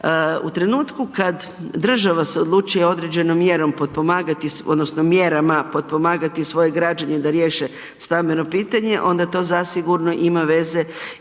U trenutku kad država se odluči određenom mjerom potpomagati odnosno mjerama potpomagati svoje građane da riješe stambeno pitanje, onda to zasigurno ima veze